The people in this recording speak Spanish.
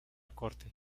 corte